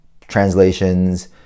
translations